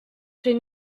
chez